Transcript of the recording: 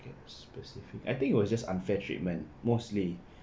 I think it was just unfair treatment mostly